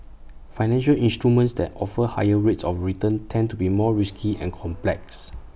financial instruments that offer higher rates of return tend to be more risky and complex